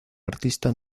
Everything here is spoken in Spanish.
artista